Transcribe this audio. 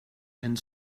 and